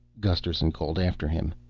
gusterson called after him.